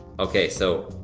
okay, so,